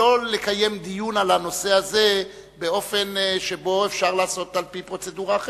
ולא לקיים דיון על הנושא הזה באופן שבו אפשר לעשות על-פי פרוצדורה אחרת,